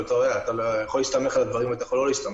אבל אתה יכול להסתמך על הדברים האלה או אתה יכול לא להסתמך.